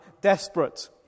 Desperate